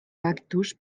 cactus